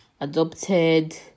adopted